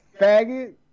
faggot